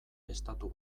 estatu